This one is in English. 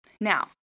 Now